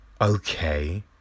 okay